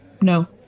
No